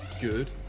good